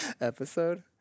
episode